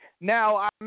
Now